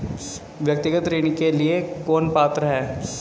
व्यक्तिगत ऋण के लिए कौन पात्र है?